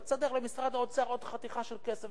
אתה תסדר למשרד האוצר עוד חתיכה של כסף,